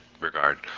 regard